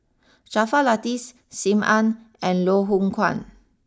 Jaafar Latiff Sim Ann and Loh Hoong Kwan